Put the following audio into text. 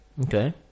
Okay